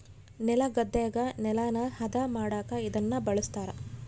ನೆಲಗದ್ದೆಗ ನೆಲನ ಹದ ಮಾಡಕ ಇದನ್ನ ಬಳಸ್ತಾರ